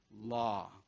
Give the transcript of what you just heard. law